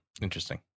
Interesting